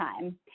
time